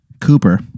Cooper